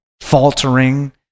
faltering